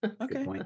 Okay